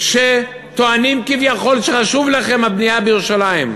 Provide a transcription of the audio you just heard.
שטוענים שחשובה לכם כביכול הבנייה בירושלים,